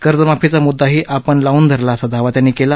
कर्जमाफीचा मुद्दाही आपण लावून धरला असा दावा त्यांनी केला